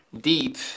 deep